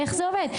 איך זה עובד,